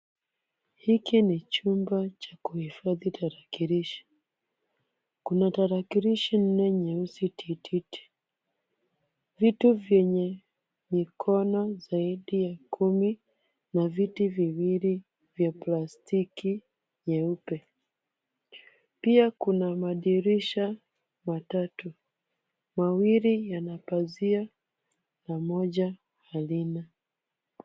Hiki ni chumba cha kuhifadhi tarakilishi. Kuna tarakilishi nne nyeusi tititi. Vitu vyenye mikono zaidi ya kumi na viti viwili vya plastiki nyeupe. Pia kuna madirisha matatu. Mawili yana pazia, na moja halina.